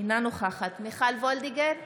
אינה נוכחת מיכל וולדיגר,